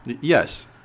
Yes